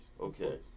okay